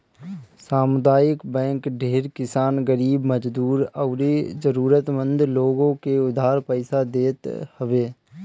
सामुदायिक बैंक ढेर किसान, गरीब मजदूर अउरी जरुरत मंद लोग के उधार पईसा देत हवे